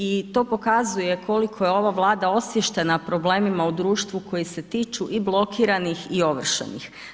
I to pokazuje koliko je ova Vlada osviještena problemima u društvu koji se tiču i blokiranih i ovršenih.